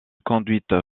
conduite